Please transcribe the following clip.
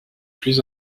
plus